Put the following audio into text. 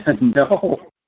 No